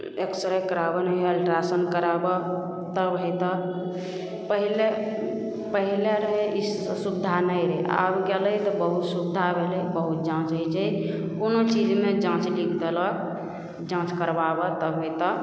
x ray कराबऽ नहि हे अल्ट्रासाउण्ड कराबऽ तब हेतऽ पहिले पहिले रहै ई सुविधा नहि रहै आब गेलै तऽ बहुत सुविधा भेलै बहुत जाँच होइ छै कोनो चीजमे जाँच लिखि देलक जाँच करबाबऽ तब हेतऽ